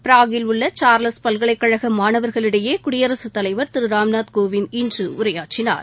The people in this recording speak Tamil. பிராக்கில் உள்ள சார்லஸ் பல்கலைக்கழக மாணவர்களிடையே உரையாற்றிய குடியரசு தலைவர் திரு ராம்நாத் கோவிந்த் இன்று உரையாற்றினார்